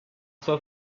sua